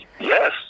yes